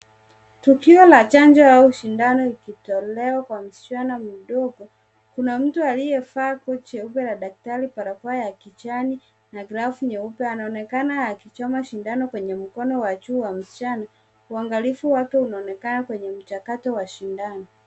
Tukio la chanjo au sindano likitolewa kwa msichana mdogo. Kuna mtu aliyevalia barakoa ya kijani na grafu nyeupe anaonekana akichoma sindano kwenye mkono wa juu wa msichana. Uangalifu wake unaonekana kwenye mchakato wa sindano.